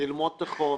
ללמוד את החומר.